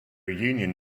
union